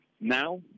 now